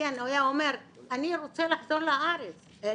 היה אומר: אני רוצה לחזור לתימן,